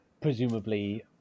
presumably